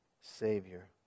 Savior